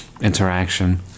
interaction